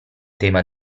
tema